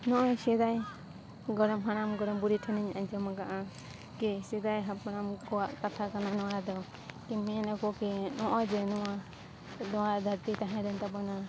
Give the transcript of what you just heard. ᱱᱚᱜᱼᱚᱭ ᱥᱮᱫᱟᱭ ᱜᱚᱲᱚᱢ ᱦᱟᱲᱟᱢ ᱜᱚᱲᱚᱢ ᱵᱩᱰᱷᱤ ᱴᱷᱮᱱ ᱤᱧ ᱟᱸᱡᱚᱢ ᱠᱟᱜᱼᱟ ᱠᱤ ᱥᱮᱫᱟᱭ ᱦᱟᱯᱲᱟᱢ ᱠᱚᱣᱟᱜ ᱠᱟᱛᱷᱟ ᱠᱟᱱᱟ ᱱᱚᱣᱟ ᱫᱚ ᱠᱤ ᱢᱮᱱᱟᱠᱚ ᱠᱤ ᱱᱚᱜᱼᱚᱭ ᱡᱮ ᱱᱚᱣᱟ ᱱᱚᱣᱟ ᱫᱷᱟᱹᱨᱛᱤ ᱛᱟᱦᱮᱸ ᱞᱮᱱ ᱛᱟᱵᱚᱱᱟ